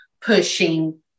pushing